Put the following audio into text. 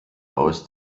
aus